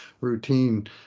routine